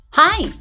Hi